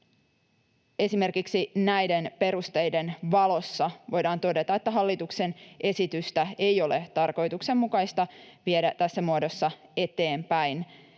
Esimerkiksi näiden perusteiden valossa voidaan todeta, että hallituksen esitystä ei ole tarkoituksenmukaista viedä tässä muodossa eteenpäin.